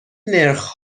نرخ